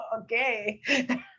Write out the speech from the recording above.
okay